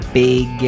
big